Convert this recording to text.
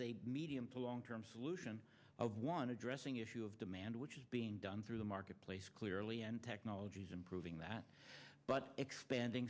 a medium to long term solution of one addressing issue of demand which is being done through the marketplace clearly and technology is improving that but expanding